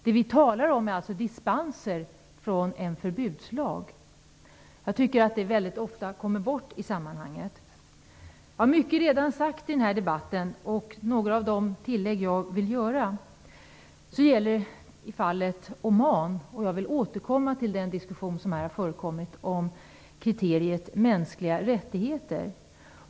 Det vi talar om är dispenser från en förbudslag. Jag tycker att det ofta kommer bort i sammanhanget. Mycket är redan sagt i denna debatt. Några av de tillägg jag vill göra gäller fallet Oman. Jag vill återkomma till den diskussion som här har förekommit om kriteriet mänskliga rättigheter.